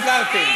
לא עזרתם.